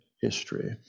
history